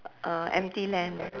uh empty land